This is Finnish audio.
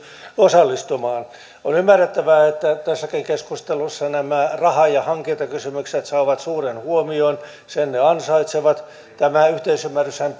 osallistumaan on ymmärrettävää että tässäkin keskustelussa nämä raha ja hankintakysymykset saavat suuren huomion sen ne ansaitsevat tämä yhteisymmärryshän